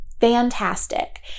fantastic